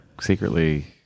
secretly